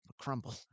crumble